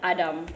Adam